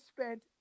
spent